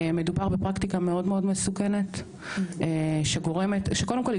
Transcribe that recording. מדובר בפרקטיקה מאוד מאוד מסוכנת שקודם כל,